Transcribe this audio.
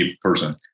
person